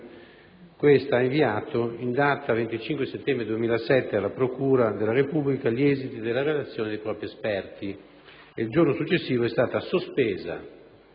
questa ha inviato, in data 25 settembre 2007, alla procura della Repubblica gli esiti della relazione dei propri esperti e il giorno successivo è stata sospesa